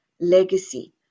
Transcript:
legacy